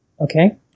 okay